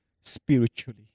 spiritually